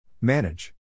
Manage